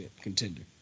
contender